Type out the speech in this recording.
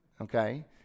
okay